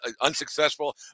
unsuccessful